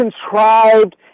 contrived